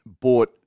bought